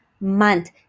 month